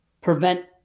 prevent